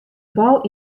bal